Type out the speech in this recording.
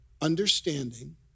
Understanding